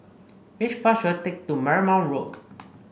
which bus should I take to Marymount Road